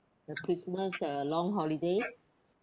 the christmas the long holidays